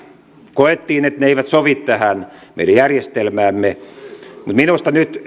koettiin että ne eivät sovi tähän meidän järjestelmäämme mutta minusta nyt